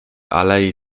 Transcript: alei